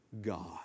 God